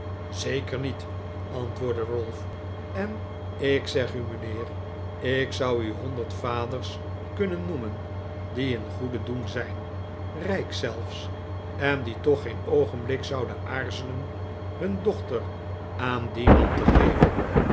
zeker niet antwoordde ralph en ik zeg u mijnheer ik zou u honderd vaders kunnen noemen die in goeden doen zijn rijk zelfs en die toch geen oogenblik zouden aarzelen hun dochter aan dien man te geven